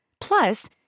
Plus